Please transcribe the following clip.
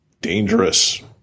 dangerous